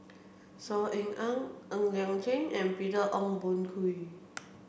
Saw Ean Ang Ng Liang Chiang and Peter Ong Boon Kwee